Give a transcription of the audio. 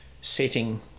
setting